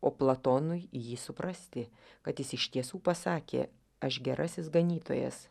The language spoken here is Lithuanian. o platonui jį suprasti kad jis iš tiesų pasakė aš gerasis ganytojas